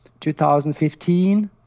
2015